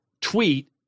tweet